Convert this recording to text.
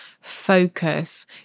focus